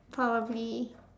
probably